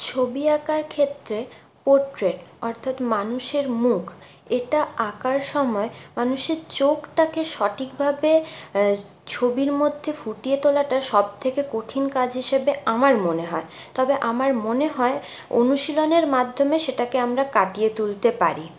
ছবি আঁকার ক্ষেত্রে পোট্রেট অর্থাৎ মানুষের মুখ এটা আঁকার সময় মানুষের চোখটাকে সঠিকভাবে ছবির মধ্যে ফুটিয়ে তোলাটা সবথেকে কঠিন কাজ হিসেবে আমার মনে হয় তবে আমার মনে হয় অনুশীলনের মাধ্যমে সেটাকে আমরা কাটিয়ে তুলতে পারি